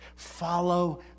Follow